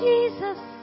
Jesus